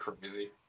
Crazy